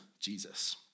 Jesus